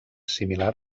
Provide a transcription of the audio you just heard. similar